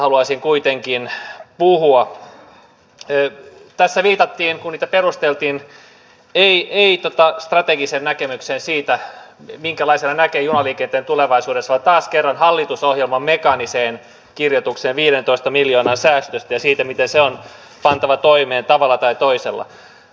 mpkn kohtuullisena pidettyyn määrärahaan vuosittain kohdistuva veivaus puolustusministeriön valtionvarainministeriön ja eduskunnan välillä olisi kuitenkin syytä saada perinteenä jo katkaistua ja antaa toimintarauha tälle koko maassa kattavasti ja siitä mitä se on pantava tuloksellisesti toimivalle maanpuolustusalan koulutusorganisaatiolle